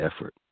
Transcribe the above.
effort